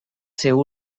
seu